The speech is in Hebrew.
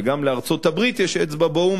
וגם לארצות-הברית יש אצבע באו"ם,